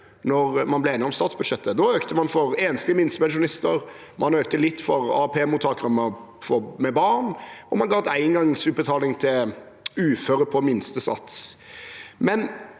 man ble enige om statsbudsjettet. Da økte man ytelsene for enslige minstepensjonister, man økte litt for AAP-mottakere med barn, og man ga en engangsutbetaling til uføre på minstesats.